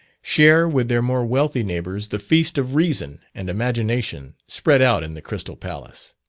share with their more wealthy neighbours the feast of reason and imagination spread out in the crystal palace.